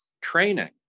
training